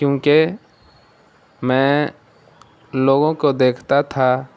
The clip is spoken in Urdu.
کیونکہ میں لوگوں کو دیکھتا تھا